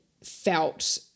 felt